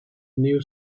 new